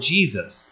Jesus